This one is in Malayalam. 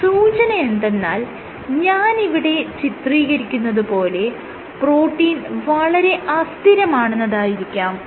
ഒരു സൂചന എന്തെന്നാൽ ഞാൻ ഇവിടെ ചിത്രീകരിക്കുന്നത് പോലെ പ്രോട്ടീൻ വളരെ അസ്ഥിരമാണെന്നതായിരിക്കാം